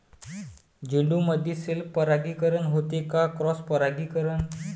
झेंडूमंदी सेल्फ परागीकरन होते का क्रॉस परागीकरन?